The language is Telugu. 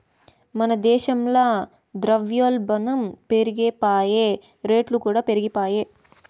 మన దేశంల ద్రవ్యోల్బనం పెరిగిపాయె, రేట్లుకూడా పెరిగిపాయె